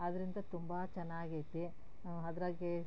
ಆದ್ದರಿಂದ ತುಂಬ ಚೆನ್ನಾಗಿ ಐತಿ ಅದರಾಗೆ